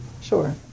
sure